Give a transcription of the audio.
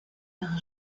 par